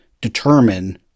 determine